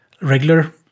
regular